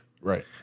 Right